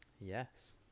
Yes